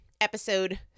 episode